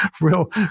real